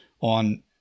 on